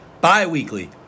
bi-weekly